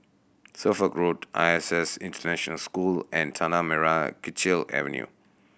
Suffolk Road I S S International School and Tanah Merah Kechil Avenue